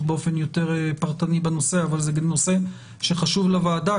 באופן יותר פרטני בנושא כי זה נושא שחשוב לוועדה,